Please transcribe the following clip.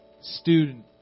Student